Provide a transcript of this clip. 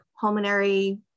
pulmonary